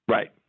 Right